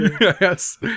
Yes